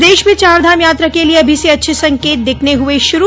प्रदेश में चारधाम यात्रा के लिए अभी से अच्छे संकेत दिखने हुए शुरू